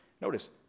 Notice